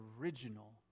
original